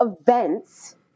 events